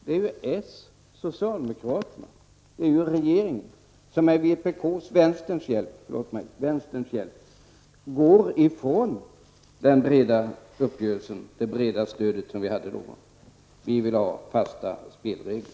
Men det är på socialdemokraterna, regeringen, som med vänsterpartiets hjälp går ifrån den breda uppgörelsen, det breda stödet. Vi vill ha fasta spelregler!